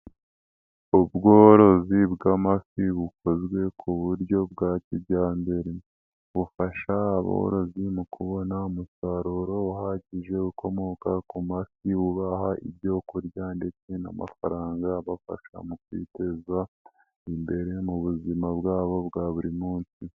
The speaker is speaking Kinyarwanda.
Ubworozi bw'amafi bukozwe kuburyo bwa kijyambere, bufasha aborozi mu kubona umusaruro uhagije ukomoka ku mafi ubaha ibyo kurya ndetse n'amafaranga abafasha mu kwiteza imbere mu buzima bwabo bwa buri munsi.